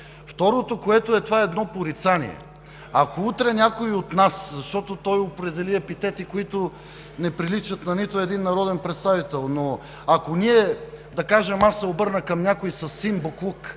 Второто, това е едно порицание. Ако утре някой от нас, защото той употреби епитети, които не приличат на нито един народен представител, но ако аз се обърна към някого със „син боклук“,